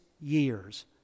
years